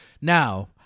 Now